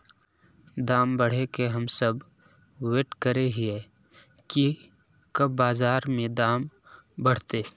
दाम बढ़े के हम सब वैट करे हिये की कब बाजार में दाम बढ़ते?